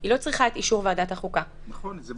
היא לא צריכה את אישור ועדת החוקה לביטול.